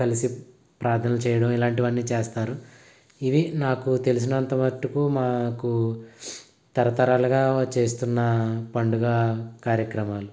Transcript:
కలిసి ప్రార్థన చేయడం ఇలాంటివన్నీ చేస్తారు ఇవి నాకు తెలిసినంతవరకు మాకు తరతరాలుగా చేస్తున్న పండుగ కార్యక్రమాలు